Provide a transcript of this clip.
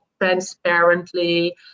transparently